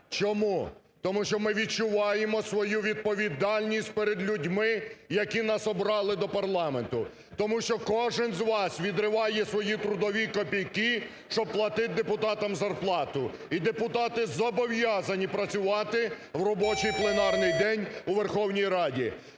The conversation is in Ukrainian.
Чому? Тому що ми відчуваємо свою відповідальність перед людьми, які нас обрали до парламенту. Тому що кожен із вас відриває свої трудові копійки, щоб платити депутатам зарплату. І депутати зобов'язані працювати в робочий пленарний день у Верховній Раді.